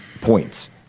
points